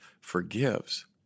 forgives